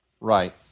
Right